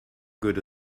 good